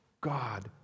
God